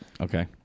Okay